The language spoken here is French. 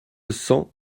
cents